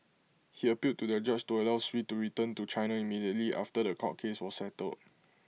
he appealed to the judge to allow Sui to return to China immediately after The Court case was settled